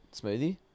Smoothie